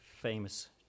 famous